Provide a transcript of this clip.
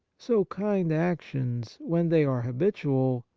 so kind actions, when they are habitual,